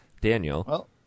Daniel